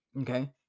Okay